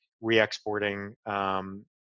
re-exporting